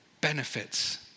benefits